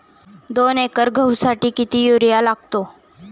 दोन एकर गहूसाठी किती युरिया लागतो?